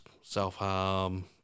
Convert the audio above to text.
self-harm